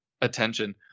Attention